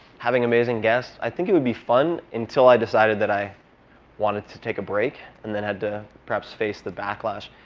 having amazing guests, i think it would be fun until i decided that i wanted to take a break and then had to perhaps face the backlash.